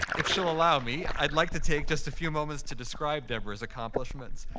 if she'll allow me, i'd like to take just a few moments to describe deborah's accomplishments.